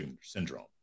syndrome